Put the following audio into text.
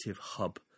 hub